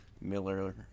Miller